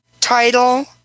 title